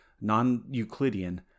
non-Euclidean